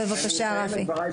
בבקשה, רפי.